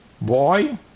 boy